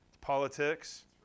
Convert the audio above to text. politics